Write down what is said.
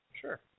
Sure